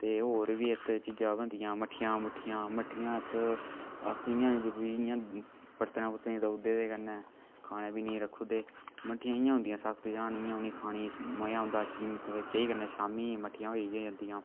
ते होर बी इत्त चीजां बनदियां मट्ठियां नुट्ठियां मट्ठियां इत्त अस इ'यां जरूरी इ'यां बरतने बुरतने देउदे ते कन्नै खाने पीने रखुदे मट्ठियां इयां होंदियां सख्त जन ते उनें ई खाने मजा औंदा कुतै चाही कन्नै शामी मट्ठियां होई गै जंदियां